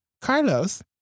carlos